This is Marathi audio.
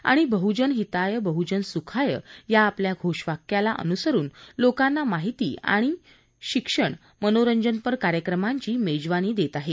आणि बहुजन हिताय बहुजन सुखाय या आपल्या घोषवाक्याला अनुसरून लोकांना माहिती शिक्षण आणि मनोरंजनपर कार्यक्रमांची मेजवानी देत आहे